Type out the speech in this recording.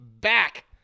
back